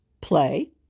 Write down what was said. Play